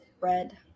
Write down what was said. red